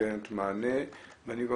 נותנת מענה, ואני גם